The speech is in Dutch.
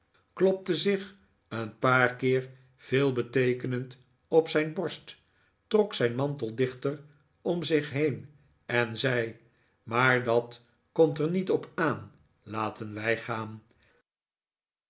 klopte zich een paar keer veelbeteekenend op zijn borst trok zijn mantel dichter om zich heen en zei maar dat komt er hiet op aan laten wij gaan